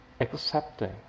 accepting